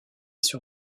sur